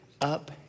up